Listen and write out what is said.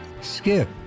Skip